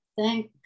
thank